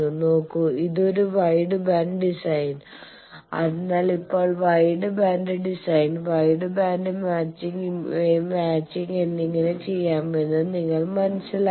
നോക്കൂ ഇത് ഒരു വൈഡ് ബാൻഡ് ഡിസൈൻ അതിനാൽ ഇപ്പോൾ wide band design wide band impedance matching എങ്ങനെ ചെയ്യാമെന്ന് നിങ്ങൾ മനസ്സിലാക്കി